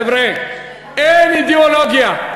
חבר'ה, אין אידיאולוגיה,